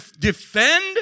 defend